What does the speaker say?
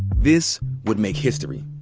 this would make history.